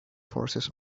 forces